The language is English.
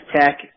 Tech